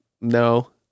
no